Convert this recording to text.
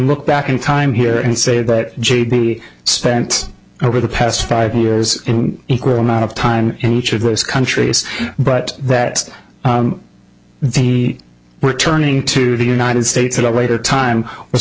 look back in time here and say that g b spent over the past five years in equal amount of time in each of those countries but that the returning to the united states a later time was